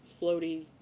floaty